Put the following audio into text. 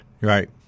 Right